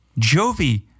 Jovi